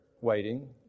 waiting